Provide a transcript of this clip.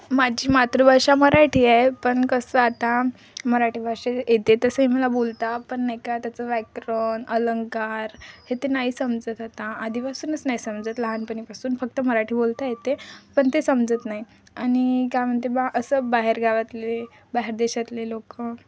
माझी मातृभाषा मराठी आहे पण कसं आता मराठी भाषा येते तसंही मला बोलता पण नाही का त्याचं व्याकरण अलंकार हे तर नाही समजत आता आधीपासूनच नाही समजत लहानपणीपासून फक्त मराठी बोलता येते पण ते समजत नाही आणि काय म्हणते बा असं बाहेर गावातले बाहेर देशातले लोकं